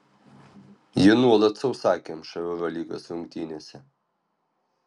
ji nuolat sausakimša eurolygos rungtynėse